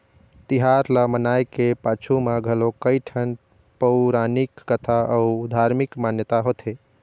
तिहार ल मनाए के पाछू म घलोक कइठन पउरानिक कथा अउ धारमिक मान्यता होथे